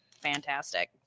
fantastic